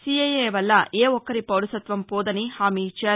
CAA వల్ల ఏ ఒక్కరి పౌరసత్వం పోదని హామీ ఇచ్చారు